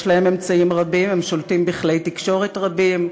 יש להם אמצעים רבים, הם שולטים בכלי תקשורת רבים.